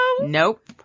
nope